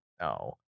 no